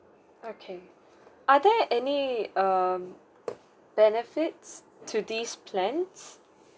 okay are there any uh benefits to these plans